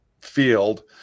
field